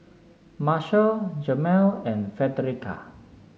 Marshal Jemal and Frederica